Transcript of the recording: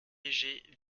léger